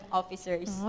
officers